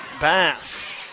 Bass